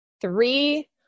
three